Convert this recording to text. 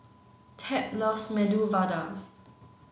Tab loves Medu Vada